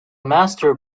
master